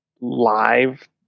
live